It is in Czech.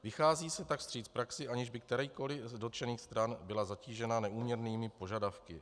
Vychází se tak vstříc praxi, aniž by kterákoliv z dotčených stran byla zatížena neúměrnými požadavky.